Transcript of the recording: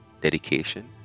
dedication